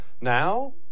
Now